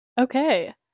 Okay